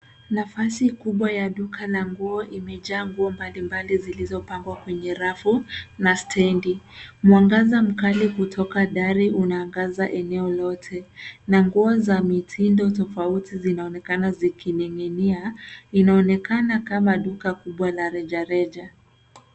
Nafasi kubwa ya duka la nguo imejaa nguo mbali mbali, zilizopangwa kwenye rafu na stendi. Mwangaza mkali kutoka dari unaangaza eneo lote, na nguo za mitindo tofauti zinaonekana zikining'inia. Inaonekana kama duka kubwa la rejareja.